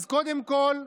אז קודם כול,